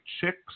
Chicks